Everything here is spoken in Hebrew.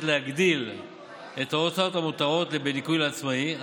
להגדיל את ההוצאות המותרות בניכוי לעצמאי,